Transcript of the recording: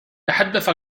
تحدث